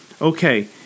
okay